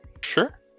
sure